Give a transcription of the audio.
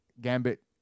Gambit